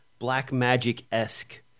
Blackmagic-esque